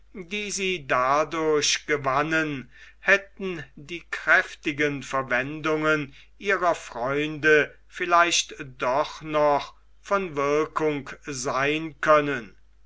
dadurch gewannen hätten die kräftigen verwendungen ihrer freunde vielleicht doch noch von wirkung sein können